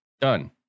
Done